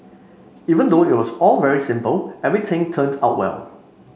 even though it was all very simple everything turned out well